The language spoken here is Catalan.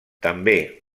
també